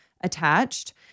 Attached